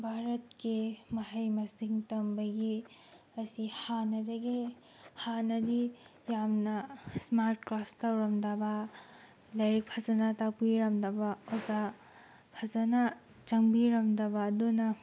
ꯚꯥꯔꯠꯀꯤ ꯃꯍꯩ ꯃꯁꯤꯡ ꯇꯝꯕꯒꯤ ꯑꯁꯤ ꯍꯥꯟꯅꯗꯒꯤ ꯍꯥꯟꯅꯗꯤ ꯌꯥꯝꯅ ꯏꯁꯃꯥꯔꯠ ꯀ꯭ꯂꯥꯁ ꯇꯧꯔꯝꯗꯕ ꯂꯥꯏꯔꯤꯛ ꯐꯖꯅ ꯇꯥꯛꯄꯤꯔꯝꯗꯕ ꯑꯣꯖꯥ ꯐꯖꯅ ꯆꯪꯕꯤꯔꯝꯗ ꯑꯗꯨꯅ